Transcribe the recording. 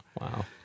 Wow